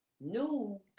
new